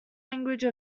language